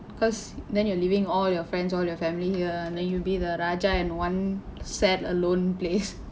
cause then you're leaving all your friends all your family here then you be the raja and one sad alone place